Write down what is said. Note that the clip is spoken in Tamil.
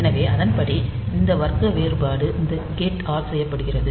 எனவே அதன்படி இந்த வர்க்க வேறுபாடு இந்த கேட் ஆல் செய்யப்படுகிறது